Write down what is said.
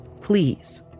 please